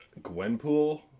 Gwenpool